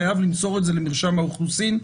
חייב למסור את זה למרשם האוכלוסין.